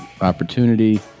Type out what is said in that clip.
opportunity